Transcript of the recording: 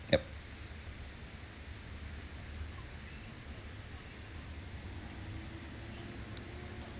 yup